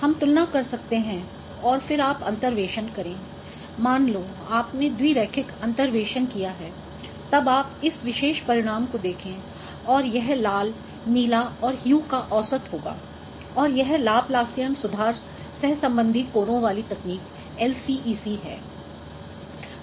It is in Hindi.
ब हम तुलना कर सकते हैं और फिर आप अंतर्वेशन करें मान लो आपने द्विरैखिक अंतर्वेशन किया है तब आप इस विशेष परिणाम को देखें और यह लाल नीला और ह्यू का औसत होगा और यह लाप्लासियन सुधार सह्सम्बन्धी कोरों वाली तकनीक LCEC है